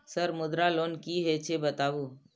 Sir Mudra loan की हे छे बताबू?